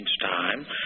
time